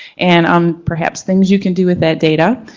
and um perhaps things you can do with that data.